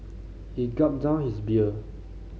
he gulped down his beer